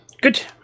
good